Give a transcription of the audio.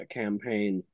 campaign